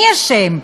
מי אשם: